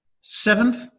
seventh